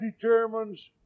determines